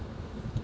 complementarity